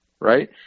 right